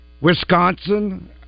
Wisconsin